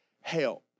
help